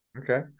Okay